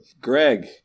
Greg